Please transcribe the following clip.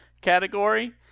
category